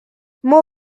moi